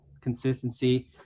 consistency